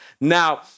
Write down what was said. Now